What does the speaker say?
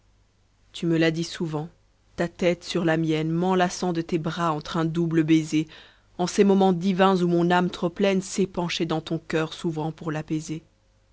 tu me l'as dit souvent ta tête sur la mienne m'enlaçant de tes bras entre un double baiser en ces moments divins où mon âme trop pleine s'épanchait dans ton coeur s'ouvrant pour l'apaiser